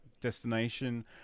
destination